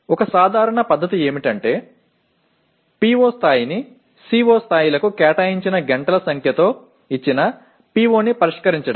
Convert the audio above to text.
ఒక సాధారణ పద్ధతి ఏమిటంటే PO స్థాయిని CO లకు కేటాయించిన గంటల సంఖ్యతో ఇచ్చిన PO ని పరిష్కరించడం